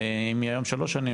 אם היה שלוש שנים,